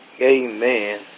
amen